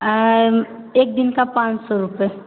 आ एक दिन का पाँच सौ रुपये